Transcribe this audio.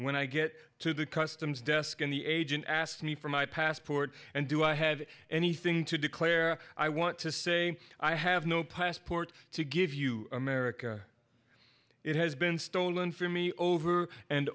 when i get to the customs desk in the agent asked me for my passport and do i have anything to declare i want to say i have no passport to give you america it has been stolen from me over and